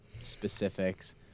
specifics